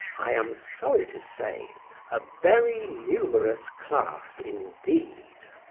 i am sorry to say a very numerous class indeed.